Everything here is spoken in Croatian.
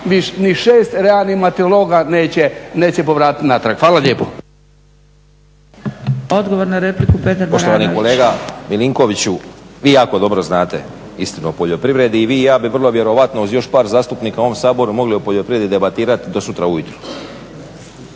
ni šest reanimatologa neće povratiti natrag. Hvala lijepo.